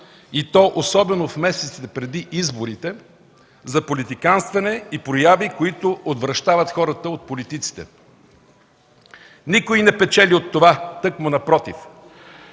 и то особено в месеците преди изборите, за политиканстване и прояви, които отвращават хората от политиците. Никой не печели от това, тъкмо напротив.